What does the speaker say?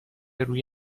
روی